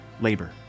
labor